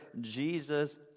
Jesus